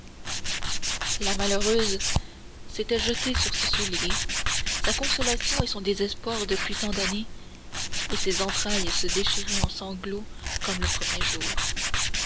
la malheureuse s'était jetée sur ce soulier sa consolation et son désespoir depuis tant d'années et ses entrailles se déchiraient en sanglots comme le premier jour